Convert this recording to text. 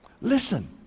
Listen